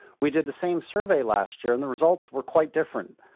we did the same survey last year, and the results were quite different.